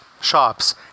shops